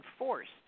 enforced